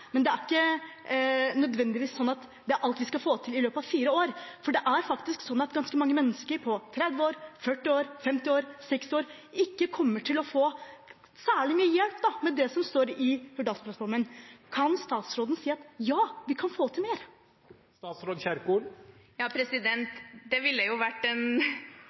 faktisk slik at ganske mange mennesker på 30, 40, 50 og 60 år ikke kommer til å få særlig mye hjelp av det som står i Hurdalsplattformen. Kan statsråden si at vi kan få til mer? Det ville jo vært en